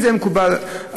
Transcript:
אם זה יהיה מקובל עלייך,